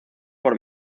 por